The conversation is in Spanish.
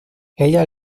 ella